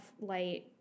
light